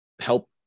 help